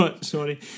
sorry